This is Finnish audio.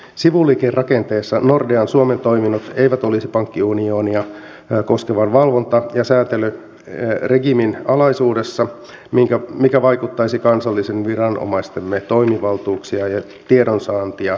sivuliikerakenteessa nordea suomen toiminnot eivät olisi pankkiunionia koskevan valvonta ja säätelyregiimin alaisuudessa mikä vaikuttaisi kansallisten viranomaistemme toimivaltuuksia ja tiedonsaantia rajoittavasti